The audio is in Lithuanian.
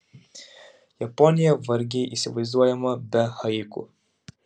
japonija vargiai įsivaizduojama be haiku